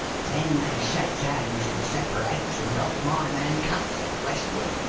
then they shakes hands and separates, and off my man cuts it, westward.